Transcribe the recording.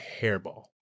hairball